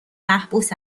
محبوس